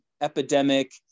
epidemic